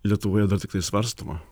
lietuvoje dar tiktai svarstoma